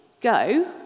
Go